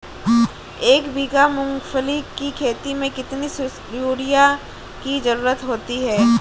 एक बीघा मूंगफली की खेती में कितनी यूरिया की ज़रुरत होती है?